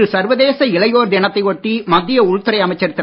இன்று சர்வதேச இளையோர் தினத்தை ஒட்டி மத்திய உள்துறை அமைச்சர் திரு